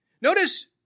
Notice